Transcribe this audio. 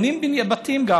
בונים בתים,